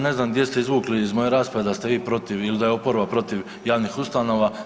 Ne znam gdje ste izvukli iz moje rasprave da ste vi protiv ili da je oporba protiv javnih ustanova.